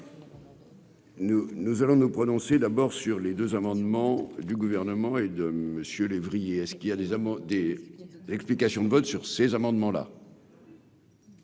nous allons nous prononcer d'abord sur les deux amendements du gouvernement et de Monsieur lévriers est ce qu'il y a des des explications de vote sur ces amendements là.